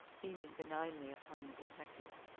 beaming benignly upon the detective.